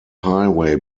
highway